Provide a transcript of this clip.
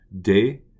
day